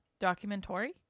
documentary